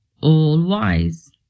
all-wise